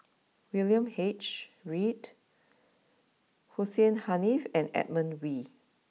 William H Read Hussein Haniff and Edmund Wee